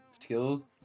skill